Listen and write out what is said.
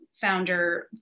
founder